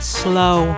slow